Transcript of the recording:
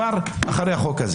22 נורבגים.